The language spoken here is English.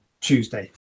Tuesday